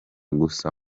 gusa